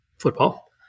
football